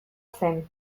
zen